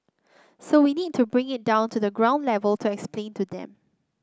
so we need to bring it down to the ground level to explain to them